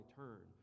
turn